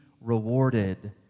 rewarded